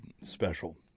special